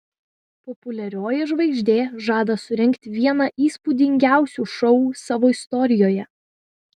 populiarioji žvaigždė žada surengti vieną įspūdingiausių šou savo istorijoje